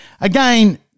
again